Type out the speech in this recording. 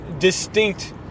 distinct